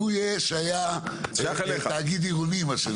אין לי מה להוסיף,